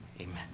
Amen